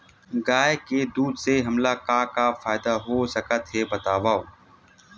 गाय के दूध से हमला का का फ़ायदा हो सकत हे बतावव?